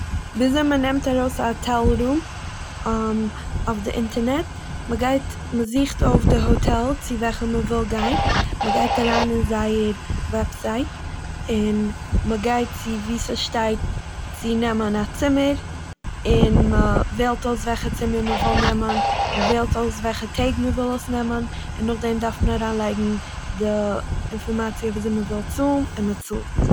וויזוי מ'נעמט ארויס א האטעל רום אויף די אינטערנעט. מ'גייט- מ'זוכט אויף די האטעל צו וועלכע מ'וויל גיין, מ'גייט אריין אין זייער וועבסייט, און מ'גייט צו וואו ס'שטייט צו נעמען א צומער, און מ'וועהלט אויס וועלכע צומער מ'וויל נעמען, מ'וועהלט אויס וועלכע טעג מ'וואל עס נעמען, און נאכדעם דארף מען אריינלייגן די אינפערמאציע וויזוי מ'וויל צאלן, און מ'צאלט.